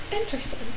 Interesting